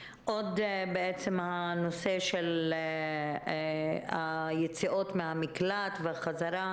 הנושא של היציאות מהמקלט והחזרה